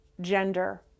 gender